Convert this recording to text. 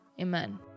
amen